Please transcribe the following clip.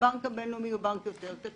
הבנק הבינלאומי הוא בנק יותר קטן.